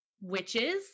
witches